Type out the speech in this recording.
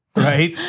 right?